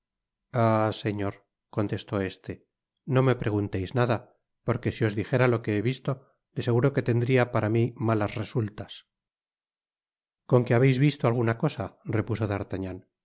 señor contestó este no me pregunteis nada porque si os dijera lo que he visto de seguro que tendria para mi malas resultas con que habeis visto alguna cosa repuso